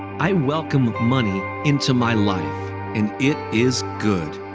i welcome money into my life and it is good.